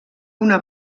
una